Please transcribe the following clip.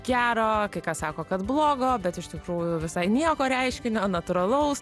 gero kai kas sako kad blogo bet iš tikrųjų visai nieko reiškinio natūralaus